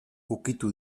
ukitu